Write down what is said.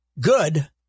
good